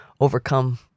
overcome